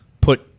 put